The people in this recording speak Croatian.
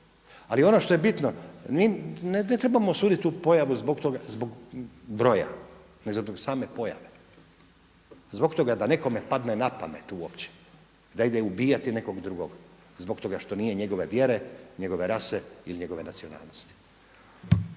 Ali ono što je bitno ne trebamo sudit tu pojavu zbog broja nego zbog same pojave, zbog toga da nekome padne na pamet uopće da ide ubijati nekog drugog zbog toga što nije njegove vjere, njegove rase ili njegove nacionalnosti.